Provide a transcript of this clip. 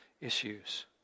issues